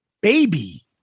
Baby